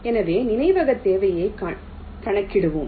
எனவே நினைவகத் தேவையை கணக்கிடுவோம்